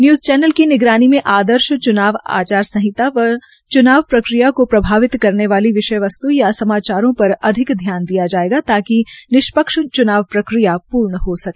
news channel की निगरानी में आदर्श चुनाव संहिता व चुनाव प्रक्रिया को प्रभावित करते वाली विषय वस्तु या समाचारों पर अधिक ध्यान दिया जायेगा ताकि निष्पक्ष चुनाव प्रक्रिया पूर्ण हो सके